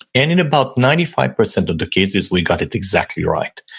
and in about ninety five percent of the cases, we got it exactly right,